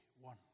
one